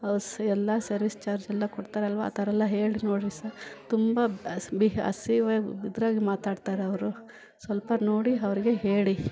ಅವ್ರ್ ಎಲ್ಲ ಸರ್ವಿಸ್ ಚಾರ್ಜೆಲ್ಲ ಕೊಡ್ತಾರಲ್ವ ಆ ಥರಯೆಲ್ಲ ಹೇಳಿರಿ ನೋಡಿರಿ ಸರ್ ತುಂಬ ಸಹ ಬಿ ಅಸಹ್ಯವಾಗ್ ಬಿ ಇದ್ರಾಗೆ ಮಾತಾಡ್ತಾರವರು ಸ್ವಲ್ಪ ನೋಡಿ ಅವ್ರಿಗೆ ಹೇಳಿ